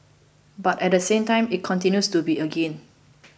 but at the same time it continues to be a gain